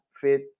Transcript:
fit